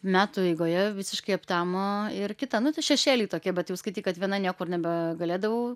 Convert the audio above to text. metų eigoje visiškai aptemo ir kita nu tai šešėliai tokie bet jau skaityk kad viena niekur nebegalėdavau